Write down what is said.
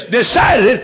decided